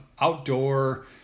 outdoor